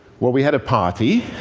well, we had a party.